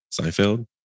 Seinfeld